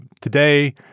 today